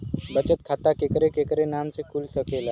बचत खाता केकरे केकरे नाम से कुल सकेला